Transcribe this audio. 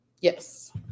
Yes